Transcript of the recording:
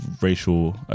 racial